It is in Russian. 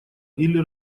или